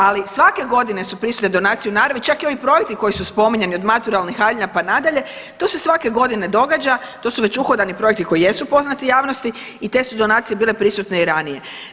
Ali, svake godine su prisutne donacije u naravi, čak i ovi projekti koji su spominjani, od maturalnih haljina pa nadalje, to se svake godine događa, to su već uhodani projekti koji jesu poznati javnosti i te su donacije bile prisutne i ranije.